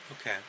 Okay